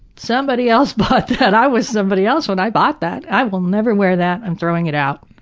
somebody else bought that. i was somebody else when i bought that. i will never wear that. i'm throwing it out.